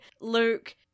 Luke